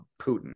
Putin